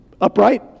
Upright